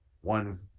One